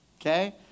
Okay